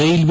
railway